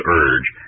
urge